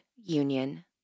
union